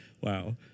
Wow